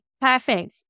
Perfect